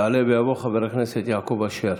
יעלה ויבוא חבר הכנסת יעקב אשר.